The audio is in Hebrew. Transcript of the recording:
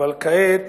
אבל כעת